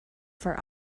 for